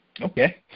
Okay